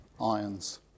ions